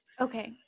Okay